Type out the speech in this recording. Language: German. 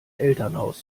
elternhaus